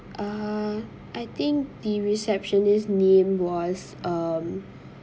uh I think the receptionist name was um